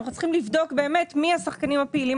אנחנו צריכים לבדוק באמת מי השחקנים הפעילים